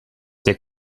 der